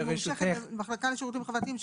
המחלקה לשירותים חברתיים,